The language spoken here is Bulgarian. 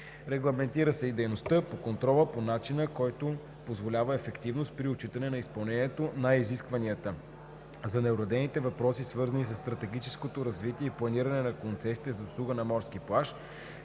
Регламентира се и дейността по контрола по начин, който позволява ефективност при отчитането на изпълнението на изискванията. За неуредените въпроси, свързани със стратегическото развитие и планиране на концесиите за услуга на морски плаж,